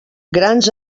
grans